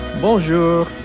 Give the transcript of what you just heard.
Bonjour